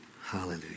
Hallelujah